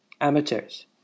Amateurs